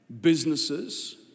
businesses